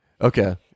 Okay